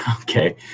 Okay